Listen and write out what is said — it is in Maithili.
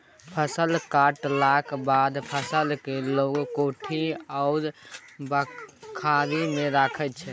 फसल कटलाक बाद फसल केँ लोक कोठी आ बखारी मे राखै छै